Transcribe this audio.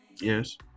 Yes